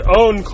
own